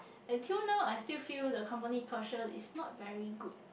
until know I still feel company culture it's not very good